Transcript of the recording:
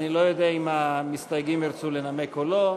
(תיקון מס' 7),